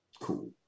cool